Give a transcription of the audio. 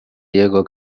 diego